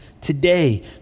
today